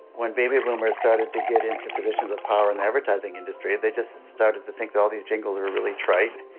when baby boomers started to get into positions of power in the advertising industry, they just started to think all these jingles are really trite.